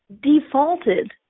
defaulted